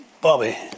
Bobby